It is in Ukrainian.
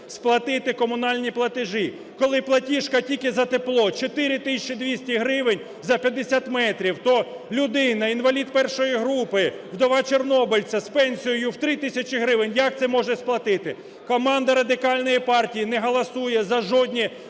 сплатити комунальні платежі. Коли платіжка тільки за тепло 4 тисячі 200 гривень за 50 метрів, то людина інвалід І групи, вдова чорнобильця з пенсією в 3 тисячі гривень, як це може сплатити? Команда Радикальної партії не голосує за жодні